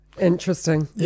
Interesting